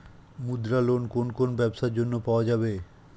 মুদ্রা লোন কোন কোন ব্যবসার জন্য পাওয়া যাবে?